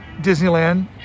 Disneyland